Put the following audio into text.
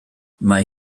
mae